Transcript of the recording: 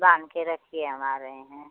बाँध के रखिए हम आ रहे हैं